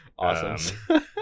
Awesome